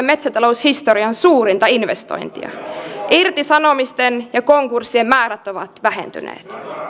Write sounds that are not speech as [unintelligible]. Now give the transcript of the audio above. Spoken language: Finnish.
[unintelligible] metsäta loushistorian suurinta investointia irtisanomisten ja konkurssien määrät ovat vähentyneet